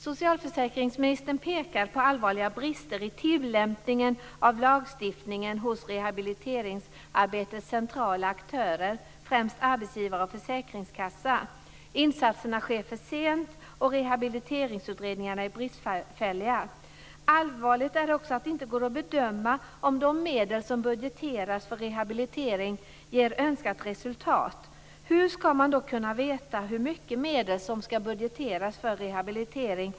Socialförsäkringsministern pekar på allvarliga brister i tillämpningen av lagstiftningen hos rehabiliteringsarbetets centrala aktörer, främst arbetsgivare och försäkringskassa. Insatserna sker för sent och rehabiliteringsutredningarna är bristfälliga. Det är också allvarligt att det inte går att bedöma om de medel som budgeterats för rehabilitering ger önskat resultat. Hur skall man då kunna veta hur mycket medel som skall budgeteras för rehabilitering?